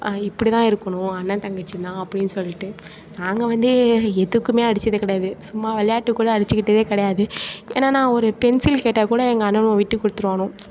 இப்படிதா இருக்கணும் அண்ணன் தங்கச்சினால் அப்படினு சொல்லிட்டு நாங்கள் வந்து எதுக்குமே அடிச்சது கிடையாது சும்மா விளாட்டுக்கு கூட அடிச்சிக்கிட்டதே கிடையாது ஏனா நான் ஒரு பென்சில் கேட்டால் கூட எங்கள் அண்ணனுவோ விட்டு கொடுத்துருவானுவோ